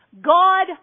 God